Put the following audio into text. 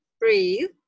breathe